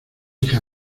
hija